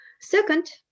second